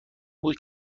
بود